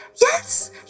Yes